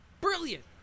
brilliant